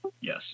Yes